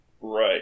Right